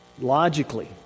Logically